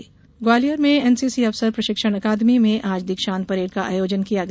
NCC Gwalior Gwalior में NCC अफसर प्रशिक्षण अकादमी में आज दीक्षांत परेड का आयोजन किया गया